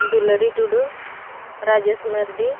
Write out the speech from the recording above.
Dulari Tudu Rajesh Mardi